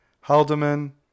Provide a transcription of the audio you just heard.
Haldeman